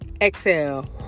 exhale